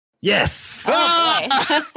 Yes